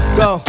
go